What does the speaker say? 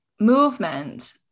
movement